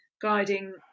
guiding